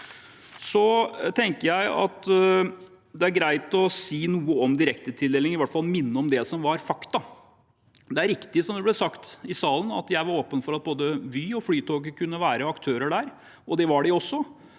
Jeg tenker også at det er greit å si noe om direktetildeling, i hvert fall minne om det som var fakta. Det er riktig, som det ble sagt i salen, at jeg var åpen for at både Vy og Flytoget kunne være aktører der, og det var de også,